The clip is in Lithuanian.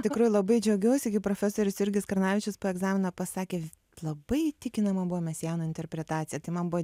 tikrai labai džiaugiuosi kai profesorius jurgis karnavičius per egzaminą pasakė labai įtikinama buvo mesiano interpretacija tai man buvo